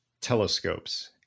telescopes